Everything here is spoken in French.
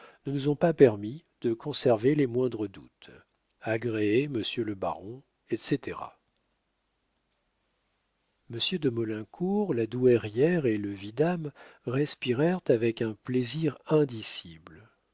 ne nous ont pas permis de conserver les moindres doutes agréez monsieur le baron etc monsieur de maulincour la douairière et le vidame respirèrent avec un plaisir indicible